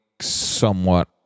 somewhat